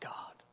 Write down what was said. God